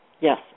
Yes